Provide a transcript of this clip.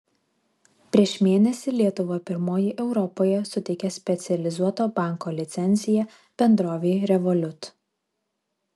prieš mėnesį lietuva pirmoji europoje suteikė specializuoto banko licenciją bendrovei revolut